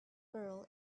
girl